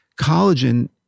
collagen